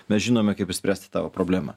mes žinome kaip išspręsti tavo problemą